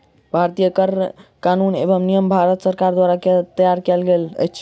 भारतीय कर कानून एवं नियम भारत सरकार द्वारा तैयार कयल गेल अछि